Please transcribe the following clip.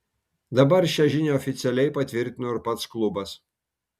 dabar šią žinią oficialiai patvirtino ir pats klubas